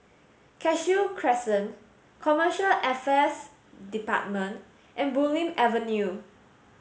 Cashew Crescent Commercial Affairs Department and Bulim Avenue